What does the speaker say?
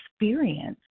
experience